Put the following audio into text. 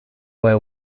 where